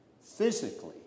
physically